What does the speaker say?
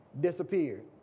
Disappeared